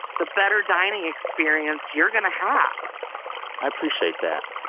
the better dining experience you're going to have i appreciate that.